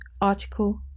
Article